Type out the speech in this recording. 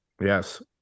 yes